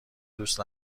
دوست